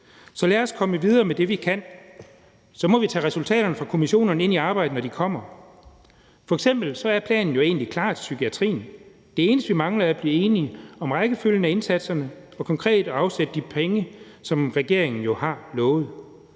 Så lad os komme videre med det, vi kan. Så må vi tage resultaterne fra kommissionerne ind i arbejdet, når de kommer. F.eks. er planen jo egentlig klar til psykiatrien. Det eneste, vi mangler, er at blive enige om rækkefølgen af indsatserne og konkret at afsætte de penge, som regeringen jo har lovet.